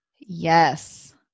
Yes